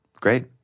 Great